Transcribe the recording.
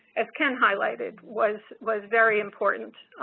as can highlighted, was was very important.